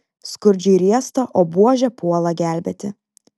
skurdžiui riesta o buožė puola gelbėti